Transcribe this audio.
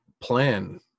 plan